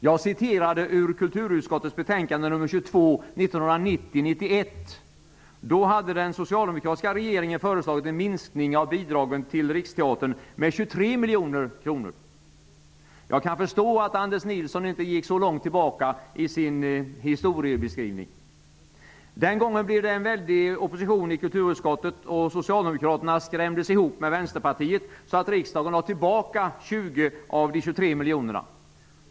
Jag citerade ur kulturutskottets betänkande nr 22 1990/91. Då hade den socialdemokratiska regeringen föreslagit en minskning av bidragen till Riksteatern med 23 miljoner kronor. Jag kan förstå att Anders Nilsson inte gick så långt tillbaka i sin historieskrivning. Den gången blev det en väldig opposition i kulturutskottet, och Socialdemokraterna skrämdes ihop med Vänsterpartiet så att riksdagen lade tillbaka 20 av de 23 miljonerna.